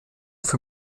für